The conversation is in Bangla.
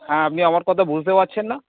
হ্যাঁ আপনি আমার কথা বুঝতে পারছেন না